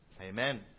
Amen